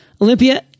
Olympia